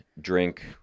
Drink